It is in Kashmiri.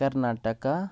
کَرناٹَکا